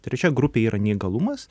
trečia grupė yra neįgalumas